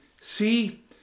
see